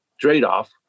trade-off